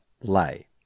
lay